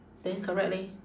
then correct leh